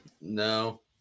no